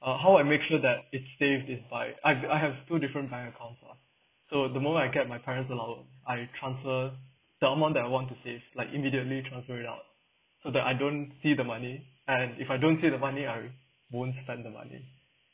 uh how I make sure that it saves is by I've I have two different bank accounts lah so the moment I get my parents allowance I transfer the amount that I want to save like immediately transfer it out so that I don't see the money and if I don't see the money I won't spend the money